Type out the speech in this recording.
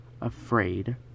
afraid